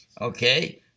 Okay